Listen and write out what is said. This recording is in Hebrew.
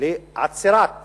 לעצירת